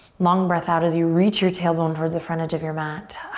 long breath out as you reach your tailbone towards the front edge of your mat.